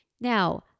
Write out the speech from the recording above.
Now